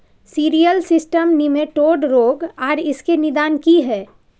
Cereal system nematode रोग आर इसके निदान की हय?